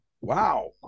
Wow